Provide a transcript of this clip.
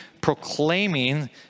proclaiming